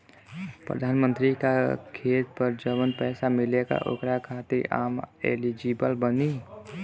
प्रधानमंत्री का खेत पर जवन पैसा मिलेगा ओकरा खातिन आम एलिजिबल बानी?